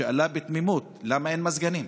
שאלה בתמימות למה אין מזגנים.